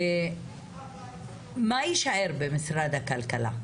מה יישאר במשרד הכלכלה?